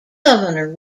governor